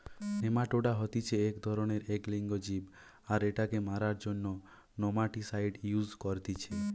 nematoda হতিছে এক ধরণেরএক লিঙ্গ জীব আর এটাকে মারার জন্য নেমাটিসাইড ইউস করতিছে